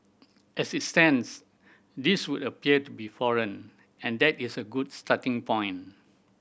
as it stands these would appear to be foreign and that is a good starting point